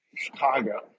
Chicago